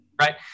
Right